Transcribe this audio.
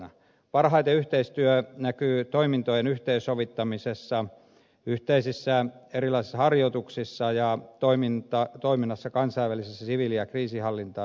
parhaiten yhteistyö näkyy toimintojen yhteensovittamisessa erilaisissa yhteisissä harjoituksissa ja toiminnassa kansainvälisissä siviili ja kriisinhallintatehtävissä